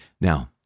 Now